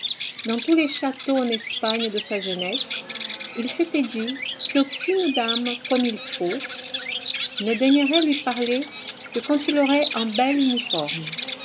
dans tous les châteaux en espagne de sa jeunesse il s'était dit qu'aucune dame comme il faut ne daignerait lui parler que quand il aurait un bel uniforme